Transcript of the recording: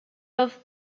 off